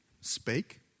spake